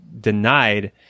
denied